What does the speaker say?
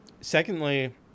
Secondly